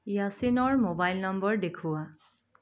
য়াছিনৰ mobile number দেখুওৱা